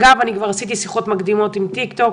אגב, עשיתי שיחות מקדימות עם טיקטוק,